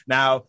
Now